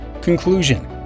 Conclusion